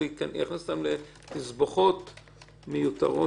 יש לכם הנחיות אח"מ,